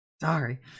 Sorry